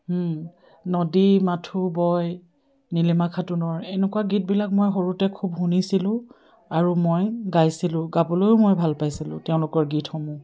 নদী মাথো বয় নীলিমা খাটুনৰ এনেকুৱা গীতবিলাক মই সৰুতে খুব শুনিছিলোঁ আৰু মই গাইছিলোঁ গাবলৈও মই ভাল পাইছিলোঁ তেওঁলোকৰ গীতসমূহ